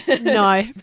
no